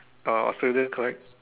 ah Australia correct